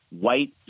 White